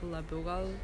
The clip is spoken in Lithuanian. labiau gal